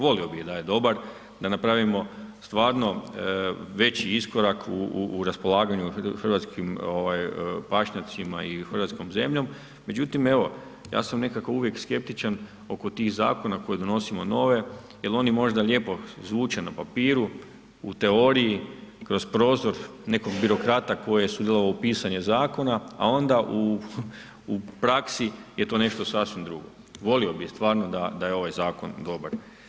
Volio bi da je dobar, da napravimo stvarno veći iskorak u raspolaganju hrvatskim pašnjacima i hrvatskom zemljom međutim evo, ja sam nekako uvijek skeptičan oko tih zakona koji donosimo nove jer oni možda lijepo zvuče na papiru, u teoriji, kroz prozor nekog birokrata koji je sudjelovao u pisanju zakona a onda u praksi je to nešto sasvim drugo, volio bi stvarno da je ovaj zakon dobar.